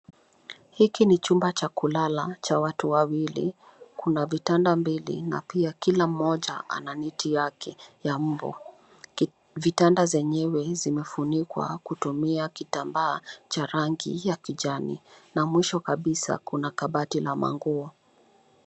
Hiki ni chumba cha kulala cha watu wawili. Kuna vitanda mbili na pia kila mmoja ana neti yake ya mbu. Vitanda zenyewe zimefunikwa kutumia kitambaa cha rangi ya kijani na mwisho kabisa kuna kabati la manguo.